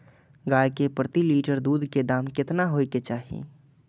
गाय के प्रति लीटर दूध के दाम केतना होय के चाही?